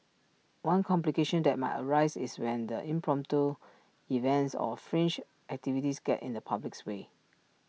one complication that might arise is when the impromptu events or fringe activities get in the public's way